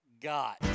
got